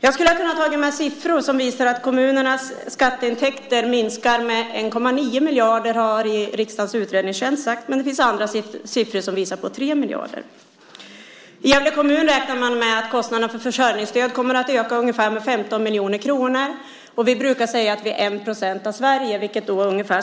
Jag skulle ha kunnat ta med siffror som visar att kommunernas skatteintäkter minskar med 1,9 miljarder kronor, som riksdagens utredningstjänst sagt. Det finns också andra siffror som talar för 3 miljarder. I Gävle kommun räknar man med att kostnaderna för försörjningsstöd kommer att öka med ungefär 15 miljoner kronor. Vi brukar säga att vi är ungefär 1 % av Sverige, vilket